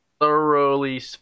thoroughly